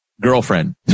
girlfriend